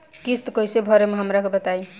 किस्त कइसे भरेम हमरा के बताई?